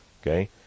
Okay